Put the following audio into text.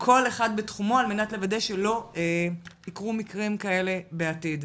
בתחומו על מנת לוודא שלא יקרו מקרים כאלה בעתיד.